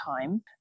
time